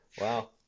wow